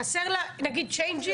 חסר לה נגיד צ'יינג'ים,